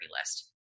list